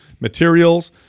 materials